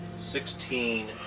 sixteen